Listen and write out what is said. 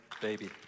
baby